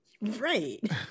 right